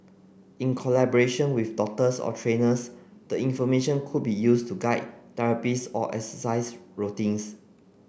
in collaboration with doctors or trainers the information could be used to guide therapies or exercise routines